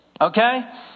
Okay